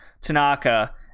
Tanaka